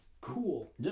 Cool